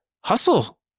Hustle